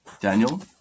Daniel